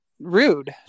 rude